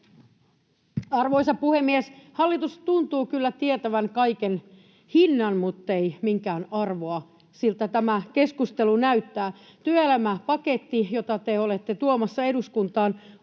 Arvoisa puhemies! Hallitus tuntuu kyllä tietävän kaiken hinnan, muttei minkään arvoa, siltä tämä keskustelu näyttää. Työelämäpaketti, jota te olette tuomassa eduskuntaan,